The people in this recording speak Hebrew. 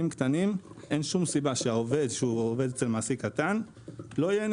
אין שום סיבה שעובד אצל מעסיק קטן לא ייהנה